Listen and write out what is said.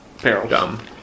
dumb